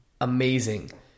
amazing